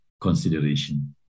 consideration